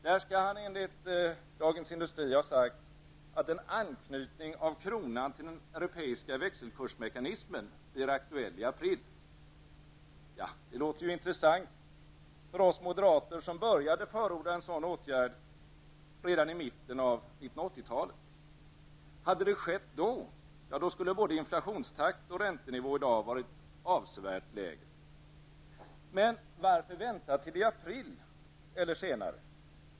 Där skall han enligt Dagens Industri ha sagt att en anknytning av kronan till den europeiska växelkursmekansimen blir aktuell i april. Ja, det låter intressant för oss moderater som började förorda en sådan åtgärd redan i mitten av 1980-talet. Hade det skett då, skulle både inflationstakt och räntenivå i dag ha varit avsevärt lägre. Men varför vänta till i april eller senare?